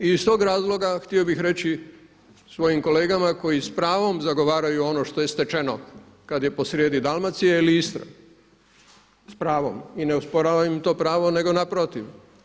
I iz tog razloga htio bih reći svojim kolegama koji s pravom zagovaraju ono što je stečeno kad je posrijedi Dalmacija ili Istra, s pravom i ne osporavam im to pravo, nego naprotiv.